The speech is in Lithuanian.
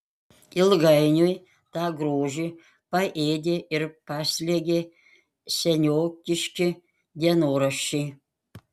ilgainiui tą grožį paėdė ir paslėgė seniokiški dienoraščiai